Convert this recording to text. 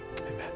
Amen